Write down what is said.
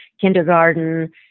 kindergarten